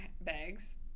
bags